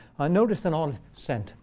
i noticed an odd scent.